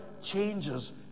changes